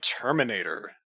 Terminator